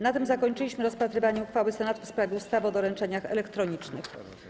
Na tym zakończyliśmy rozpatrywanie uchwały Senatu w sprawie ustawy o doręczeniach elektronicznych.